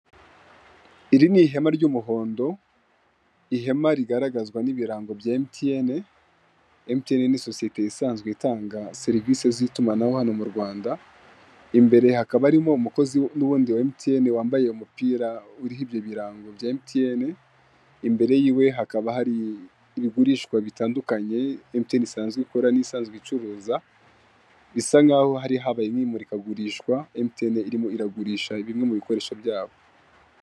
Iri ni ihema ry'umuhondo, ihema rigaragazwa n'ibirango bya Emutiyeni. Emutiyeni ni sosiyete isanzwe itanga serivisi z'itumanaho hano mu Rwanda. Imbere hakaba harimo umukozi wundi wa Emutiyeni wambaye umupira uriho ibyo birango bya Emutiyeni. Imbere yiwe hakaba hari ibigurishwa bitandukanye, Emutiyeni isanzwe ikora; isanzwe icuruza. Bisa nk'aho hari habaye imurikagurishwa Emutiyeni irimo iragurisha bimwe mu bikoresho byabo.